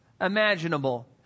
imaginable